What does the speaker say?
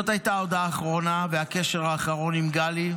זאת הייתה ההודעה האחרונה והקשר האחרון עם גלי.